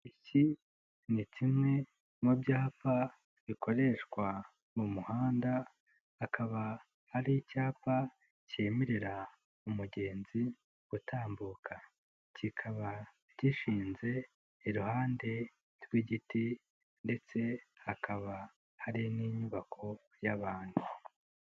Iki ni kimwe mu byapa bikoreshwa mu muhanda, hakaba hari icyapa cyemerera umugenzi gutambuka. Kikaba gishinze iruhande rw'igiti ndetse hakaba hari n'inyubako y'abantu.